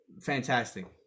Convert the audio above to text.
fantastic